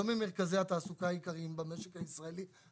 לא ממרכזי התעסוקה העיקריים במשק הישראלי,